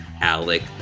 Alec